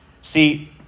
See